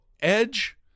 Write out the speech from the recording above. Edge